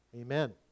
Amen